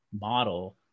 model